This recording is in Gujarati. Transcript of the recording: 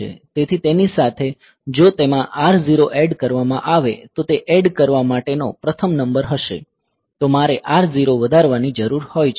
તેથી તેની સાથે જો તેમાં R0 એડ કરવામાં આવે તો તે એડ કરવા માટેનો પ્રથમ નંબર હશે તો મારે R0 વધારવાની જરૂર હોય છે